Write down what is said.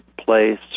place